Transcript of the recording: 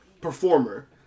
performer